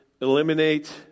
eliminate